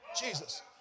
Jesus